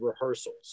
rehearsals